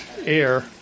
air